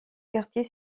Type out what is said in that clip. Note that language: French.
quartier